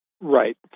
Right